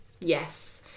yes